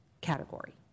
category